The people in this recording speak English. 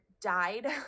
died